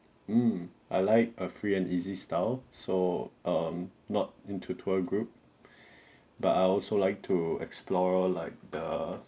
mm I like a free and easy style so um not into tour group but I also like to explore like the